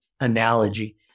analogy